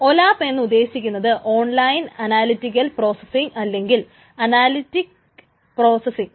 OLAP എന്ന് ഉദ്ദേശിക്കുന്നത് online analytical processing അല്ലെങ്കിൽ അനലിറ്റിക് പ്രോസ്സസിങ്ങ്